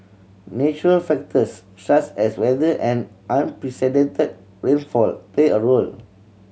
natural factors such as weather and unprecedented rainfall play a role